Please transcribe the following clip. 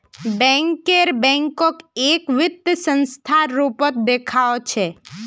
banker बैंकक एक वित्तीय संस्थार रूपत देखअ छ